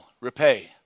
repay